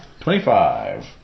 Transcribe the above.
Twenty-five